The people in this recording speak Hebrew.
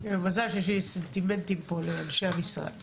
מזל שש לי סנטימנטים לאנשי המקצוע כאן.